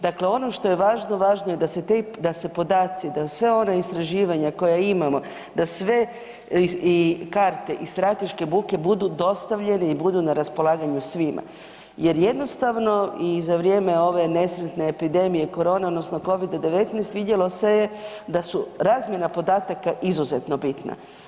Dakle, ono što je važno, važno je da se podaci, da sva ona istraživanja koja imamo da sve karte i strateške buke budu dostavljeni i budu na raspolaganju svima jer jednostavno i za vrijeme ove nesretne epidemije korona odnosno COVID-a 19, vidjelo se je da su razmjena podataka izuzetno bitna.